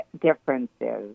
differences